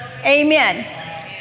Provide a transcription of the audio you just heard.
Amen